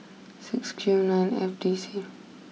six Q nine F D C